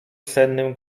sennym